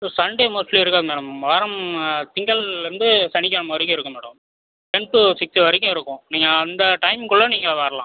Sunday mostly இருக்காது madam வாரம் திங்கள்லேருந்து சனிக்கிழம வரைக்கும் இருக்கும் மேடம் டென் டு சிக்ஸு வரைக்கும் இருக்கும் நீங்கள் அந்த டைம் குள்ளே நீங்கள் வரலாம்